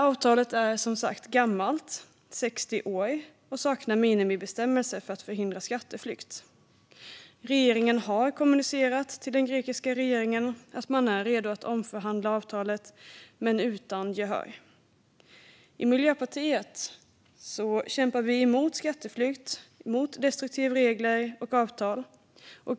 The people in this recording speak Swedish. Avtalet är som sagt gammalt, 60 år, och saknar minimibestämmelser för att förhindra skatteflykt. Regeringen har till den grekiska regeringen kommunicerat att man är redo att omförhandla avtalet men utan att få gehör för det. I Miljöpartiet kämpar vi mot skatteflykt och mot destruktiva regler och avtal.